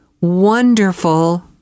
wonderful